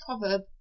proverb